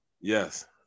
Yes